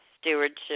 Stewardship